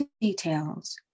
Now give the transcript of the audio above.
details